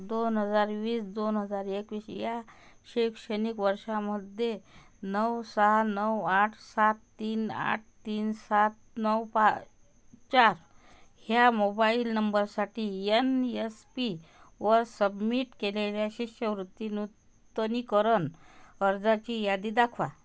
दोन हजार वीस दोन हजार एकवीस या शैक्षणिक वर्षामध्ये नऊ सहा नऊ आठ सात तीन आठ तीन सात नऊ पा चार ह्या मोबाइल नंबरसाठी यन यस पी वर सबमिट केलेल्या शिष्यवृत्ती नूतनीकरण अर्जाची यादी दाखवा